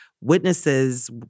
witnesses